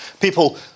People